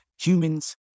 humans